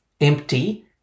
empty